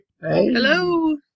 Hello